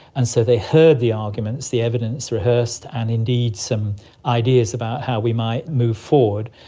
and so they heard the arguments, the evidence rehearsed, and indeed some ideas about how we might move forward,